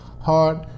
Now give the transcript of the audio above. hard